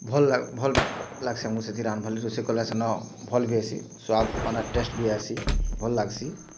ଭଲ୍ ଭଲ୍ ଲାଗ୍ସି ଆମ୍କୁ ସେଥିରେ ରାନ୍ଧବାରକେ ରୋଷେଇ କଲା ସେନ ଭଲ୍ ସ୍ୱାଦ ହେସି ଟେଷ୍ଟି ବି ହେସି ଭଲ୍ ଲାଗ୍ସି